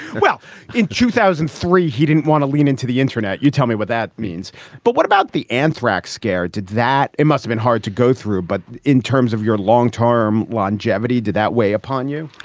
well in two thousand and three he didn't want to lean into the internet. you tell me what that means but what about the anthrax scare. did that. it must've been hard to go through. but in terms of your long term longevity did that weigh upon you.